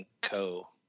Co